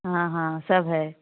हाँ हाँ सब है